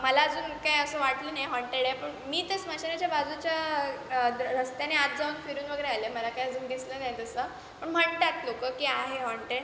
मला अजून काय असं वाटलं नाही हॉंटेड आहे पण मी तर स्मशानाच्या बाजूच्या रस्त्याने आत जाऊन फिरून वगैरे आले मला काय अजून दिसलं नाही तसं पण म्हणतात लोकं की आहे हॉंटे